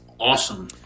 awesome